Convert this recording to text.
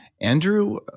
Andrew